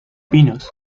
pinos